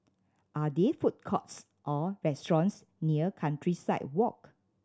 are there food courts or restaurants near Countryside Walk